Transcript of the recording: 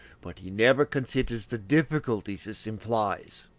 but he never considers the difficulties this implies.